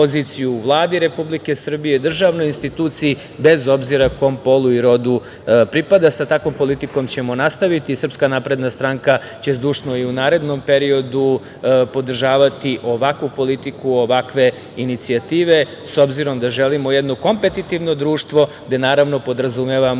Vladi Republike Srbije, državnoj instituciji, bez obzira kom polu i rodu pripada. Sa takvom politikom ćemo nastaviti. Srpska napredna stranka će zdušno i u narednom periodu podržavati ovakvu politiku, ovakve inicijative, s obzirom da želimo jedno kompetitivno društvo, gde podrazumevamo